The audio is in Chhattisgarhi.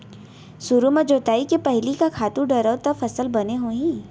सुरु म जोताई के पहिली का खातू डारव त फसल बने होही?